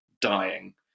dying